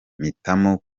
mpitamo